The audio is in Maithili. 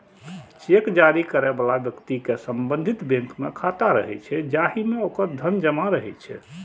चेक जारी करै बला व्यक्ति के संबंधित बैंक मे खाता रहै छै, जाहि मे ओकर धन जमा रहै छै